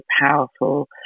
powerful